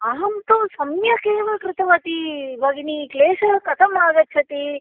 अहं तु सम्यगेव कृतवती बगिनी क्लेशः कथमागच्छति